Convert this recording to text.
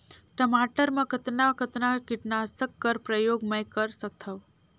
टमाटर म कतना कतना कीटनाशक कर प्रयोग मै कर सकथव?